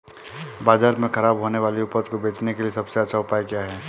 बाजार में खराब होने वाली उपज को बेचने के लिए सबसे अच्छा उपाय क्या हैं?